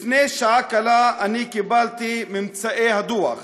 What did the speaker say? לפני שעה קלה קיבלתי את ממצאי הדוח,